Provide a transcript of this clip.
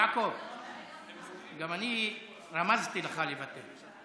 יעקב, גם אני רמזתי לך לוותר.